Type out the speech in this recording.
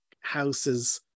houses